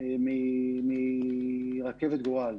מרכבת גורל.